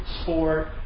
sport